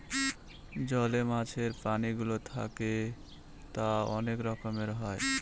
জলে মাছের প্রাণীগুলো থাকে তা অনেক রকমের হয়